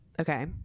okay